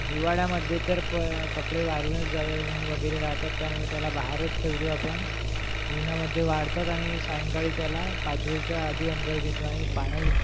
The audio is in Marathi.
हिवाळामध्ये तर प कपडे वाळूनच जातात ऊन वगैरे रहातं त्यामुळे त्याला बाहेरच ठेवतो आपण उन्हामध्ये वाळतात आणि सायंकाळी त्याला पाचवेच्या आधी अंदर घेतो आणि पाण्याने